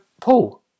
Paul